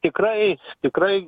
tikrai tikrai